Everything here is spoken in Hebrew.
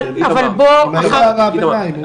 אבל --- אני מעיר הערת ביניים.